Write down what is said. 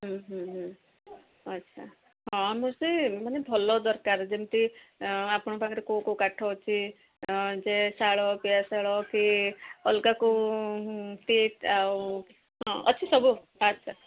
ଆଚ୍ଛା ହଁ ଆମର ସେ ମାନେ ଭଲ ଦରକାର ଯେମିତି ଆପଣଙ୍କ ପାଖରେ କୋଉ କୋଉ କାଠ ଅଛି ଯେ ଶାଳ ପିଆଶାଳ କି ଅଲଗା କେଉଁ ପିଟ୍ ଆଉ ହଁ ଅଛି ସବୁ ଆଚ୍ଛା